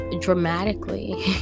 dramatically